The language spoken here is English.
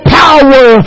power